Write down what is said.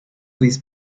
these